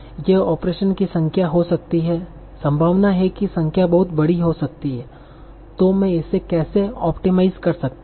यह ऑपरेशन की संख्या हो सकती है संभावना है कि संख्या बहुत बड़ी हो सकती है तो मैं इसे कैसे ऑप्टिमाइज़ कर सकता हूं